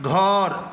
घर